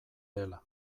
dela